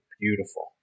beautiful